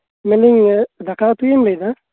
ᱢᱮᱱ ᱫᱟᱹᱧ ᱫᱟᱠᱟ ᱩᱛᱩᱭᱮᱢ ᱢᱮᱱ ᱫᱟ